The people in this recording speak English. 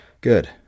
Good